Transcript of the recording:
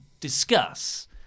discuss